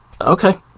Okay